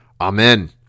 Amen